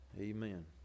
Amen